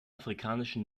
afrikanischen